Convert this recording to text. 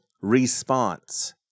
response